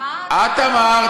את אמרת.